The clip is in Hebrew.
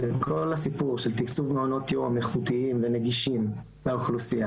זה כל הסיפור של תקצוב מעונות יום איכותיים ונגישים לאוכלוסייה.